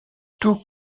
tout